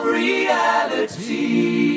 reality